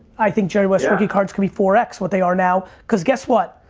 i think jerry west rookie cards could be four x what they are now cause guess what?